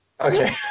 Okay